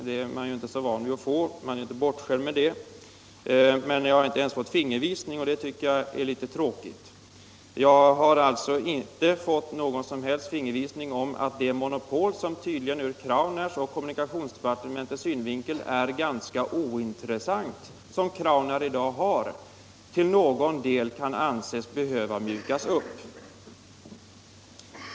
Man är ju inte så bortskämd med att få svar, men jag har inte ens fått en fingervisning, och det tycker jag är litet tråkigt. Jag har inte fått någon som helst fingervisning om att det monopol som Crownair har, och som tydligen ur Crownairs och kommunikationsdepartementets synvinkel är ganska ointressant, till någon del kan anses behöva mjukas upp.